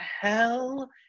hell